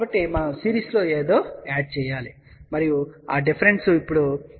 కాబట్టి మనం సిరీస్లో ఏదో యాడ్ చేయాలి మరియు ఆ డిఫరెన్స్ ఇప్పుడు j 0